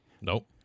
Nope